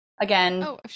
again